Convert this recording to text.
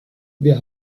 wir